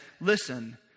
listen